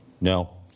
no